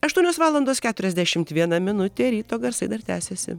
aštuonios valandos keturiasdešimt viena minutė ryto garsai dar tęsiasi